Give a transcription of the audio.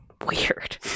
weird